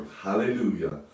hallelujah